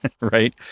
right